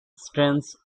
strengths